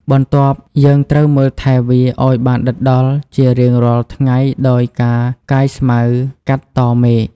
បន្ទាប់យើងត្រូវមើលថែវាឱ្យបានដិតដល់ជារៀងរាល់ថ្ងៃដោយការកាយស្មៅ កាត់តមែក។